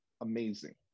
amazing